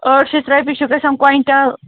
ٲٹھ شتھ رۄپیہِ چھُ گژھان کوینٛٹَل